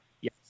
Yes